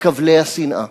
מכבלי השנאה.